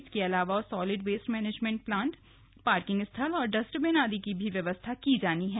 इसके अलावा solid waste management plant parking स्थल और डस्टबिन आदि की भी व्यवस्था की जानी है